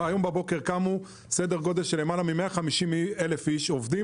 היום בבוקר קמו למעלה מ-150,000 עובדי